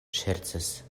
ŝercas